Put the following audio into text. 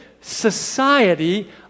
society